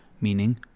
meaning